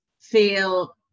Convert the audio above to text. feel